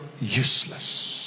useless